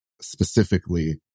specifically